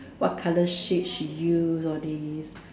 what colour shade she use all these